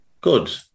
Good